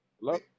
Hello